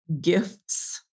gifts